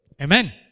Amen